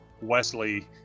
Wesley